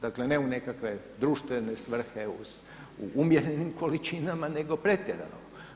Dakle, ne u nekakve društvene svrhe u umjerenim količinama, nego pretjerano.